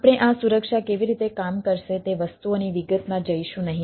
આપણે આ સુરક્ષા કેવી રીતે કામ કરશે તે વસ્તુઓની વિગતમાં જઈશું નહીં